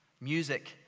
music